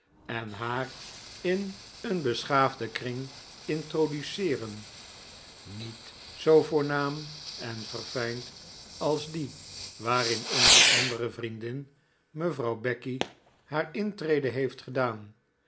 en haar in een p beschaafden kring introduceeren niet zoo voornaam en verfijnd als die waarin onze p mmr p an dere vriendin mevrouw becky haar intredc heeft gedaan